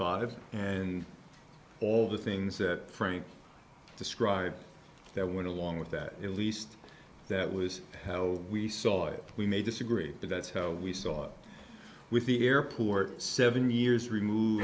five and all the things that frank described that went along with that at least that was how we saw it we may disagree but that's how we saw with the airport seven years removed